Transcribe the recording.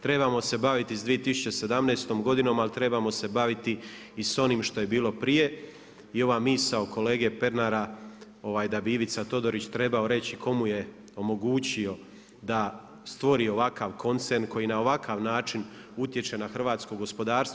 Trebamo se baviti s 2017. godinom, ali trebamo se baviti i s onim što je bilo prije, jer vam misao kolege Pernara, da bi Ivica Todorić trebao reći tko mu je omogućio da stvori ovakav koncern, koji na ovakav način utječe na hrvatsko gospodarstvo.